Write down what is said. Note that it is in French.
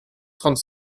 trente